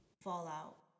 fallout